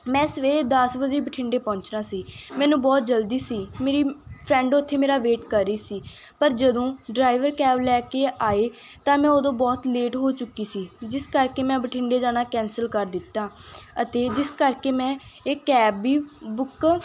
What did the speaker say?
ਮੈਂ ਸਵੇਰੇ ਦਸ ਵਜੇ ਬਠਿੰਡੇ ਪਹੁੰਚਣਾ ਸੀ ਮੈਨੂੰ ਬਹੁਤ ਜਲਦੀ ਸੀ ਮੇਰੀ ਫਰੈਂਡ ਉੱਥੇ ਮੇਰਾ ਵੇਟ ਕਰ ਰਹੀ ਸੀ ਪਰ ਜਦੋਂ ਡ੍ਰਾਈਵਰ ਕੈਬ ਲੈ ਕੇ ਆਏ ਤਾਂ ਮੈਂ ਉਦੋਂ ਬਹੁਤ ਲੇਟ ਹੋ ਚੁੱਕੀ ਸੀ ਜਿਸ ਕਰਕੇ ਮੈਂ ਬਠਿੰਡੇ ਜਾਣਾ ਕੈਂਸਲ ਕਰ ਦਿੱਤਾ ਅਤੇ ਜਿਸ ਕਰਕੇ ਮੈਂ ਇਹ ਕੈਬ ਵੀ ਬੁੱਕ